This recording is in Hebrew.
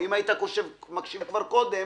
אם היית מקשיב כבר קודם,